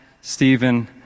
Stephen